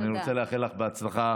אני רוצה לאחל לך הצלחה.